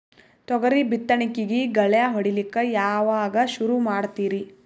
ತೊಗರಿ ಬಿತ್ತಣಿಕಿಗಿ ಗಳ್ಯಾ ಹೋಡಿಲಕ್ಕ ಯಾವಾಗ ಸುರು ಮಾಡತೀರಿ?